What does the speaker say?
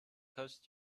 touched